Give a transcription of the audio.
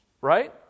Right